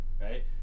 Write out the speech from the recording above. right